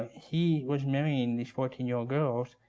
he was marrying these fourteen year old girls